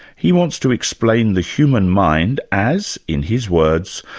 he wants to explain the human mind as, in his words,